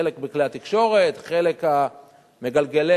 חלק בכלי התקשורת,